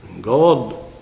God